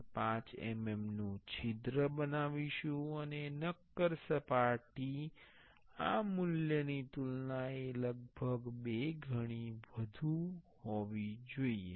5 mm નું છિદ્ર બનાવીશું અને નક્કર સપાટી આ મૂલ્યની તુલનાએ લગભગ બે ગણી અથવા વધુ હોવી જોઈએ